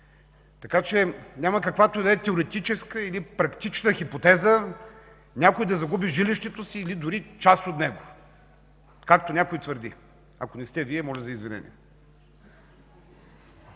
Така че няма каквато и да е теоретична или практическа хипотеза някой да загуби жилището си или дори част от него, както някой твърди. Ако не сте Вие, моля за извинение.